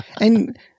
And-